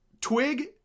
twig